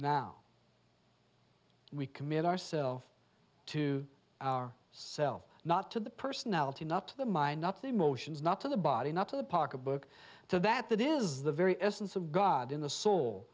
now we commit ourselves to our self not to the personality not to the mind not to the motions not to the body not to the pocketbook so that that is the very essence of god in the soul